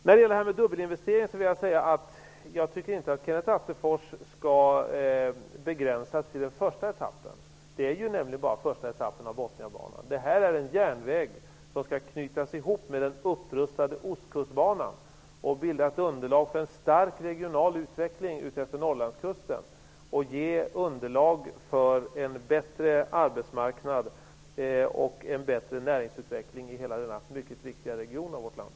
När det gäller detta med dubbelinvesteringar tycker jag inte att Kenneth Attefors skall begränsa sig till den första etappen -- det är ju nämligen bara fråga om den första etappen av Botniabanan. Denna järnväg skall sammanknytas med den upprustade Ostkustbanan och bilda ett underlag för en stark regional utveckling utefter Norrlandskusten, vilket skall ge underlag för en bättre arbetsmarknad och en bättre näringsutveckling i hela denna mycket viktiga region i vårt land.